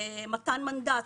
מתן מנדט,